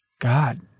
God